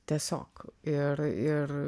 tiesiog ir ir